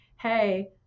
hey